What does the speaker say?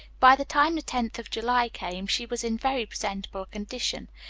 by the time the tenth of july came, she was in very presentable condition,